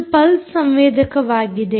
ಇದು ಪಲ್ಸ್ ಸಂವೇದಕವಾಗಿದೆ